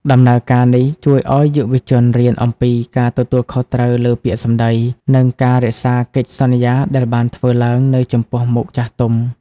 ដំណើរការនេះជួយឱ្យយុវជនរៀនអំពី "ការទទួលខុសត្រូវលើពាក្យសម្តី" និងការរក្សាកិច្ចសន្យាដែលបានធ្វើឡើងនៅចំពោះមុខចាស់ទុំ។